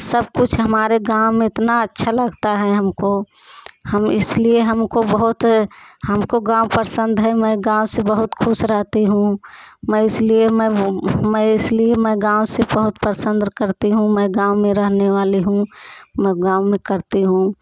सब कुछ हमारे गाँव में इतना अच्छा लगता है हमको हम इसलिए हमको बहुत हमको गाँव पसंद है मैं गाँव से बहुत खुश रहती हूँ मैं इसलिए मैं इसलिए मैं गाँव से बहुत पसंद करती हूँ मैं गाँव में रहने वाली हूँ मैं गाँव में करती हूँ